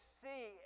see